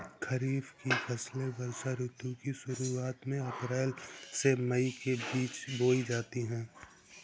खरीफ की फसलें वर्षा ऋतु की शुरुआत में अप्रैल से मई के बीच बोई जाती हैं